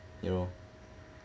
you know